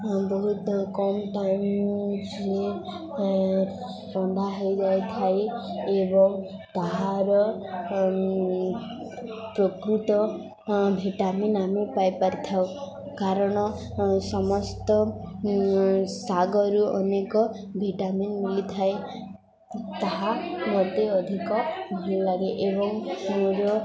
ବହୁତ କମ୍ ଟାଇମ୍ ସେ ହେଇଯାଇ ଥାଏ ଏବଂ ତାହାର ପ୍ରକୃତ ଭିଟାମିନ୍ ଆମେ ପାଇପାରି ଥାଉ କାରଣ ସମସ୍ତ ଶାଗରୁ ଅନେକ ଭିଟାମିନ୍ ମିଳି ଥାଏ ତାହା ମୋତେ ଅଧିକ ଭଲ ଲାଗେ ଏବଂ ମୋର